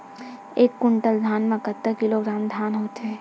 एक कुंटल धान में कतका किलोग्राम धान होथे?